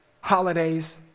holidays